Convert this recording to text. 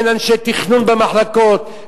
אין אנשי תכנון במחלקות,